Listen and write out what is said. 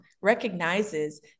recognizes